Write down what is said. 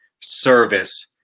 service